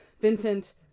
Vincent